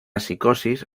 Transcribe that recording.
psicosis